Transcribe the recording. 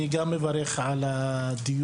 גם אני מברך על הדיון.